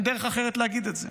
אין דרך אחרת להגיד את זה.